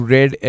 Red